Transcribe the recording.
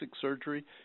surgery